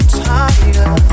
tired